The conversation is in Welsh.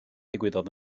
ddigwyddodd